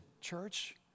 church